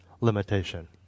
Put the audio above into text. limitation